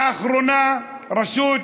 לאחרונה רשות